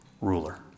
ruler